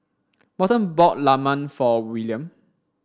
Morton bought Lemang for Willaim